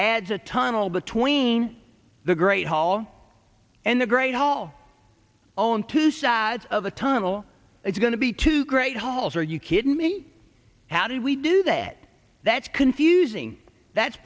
adds a tunnel between the great hall and the great hall own two sides of a tunnel it's going to be two great halls are you kidding me how do we do that that's confusing that's